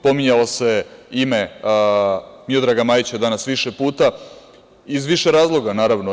Pominjalo se ime Miodraga Majića danas više puta iz više razloga naravno.